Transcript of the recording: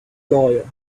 lawyer